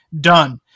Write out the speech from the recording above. done